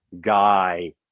guy